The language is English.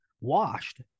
washed